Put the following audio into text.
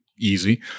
easy